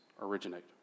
originate